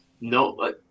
no